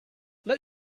let